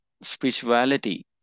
spirituality